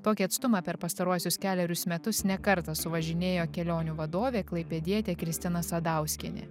tokį atstumą per pastaruosius kelerius metus ne kartą suvažinėjo kelionių vadovė klaipėdietė kristina sadauskienė